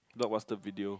blockbuster video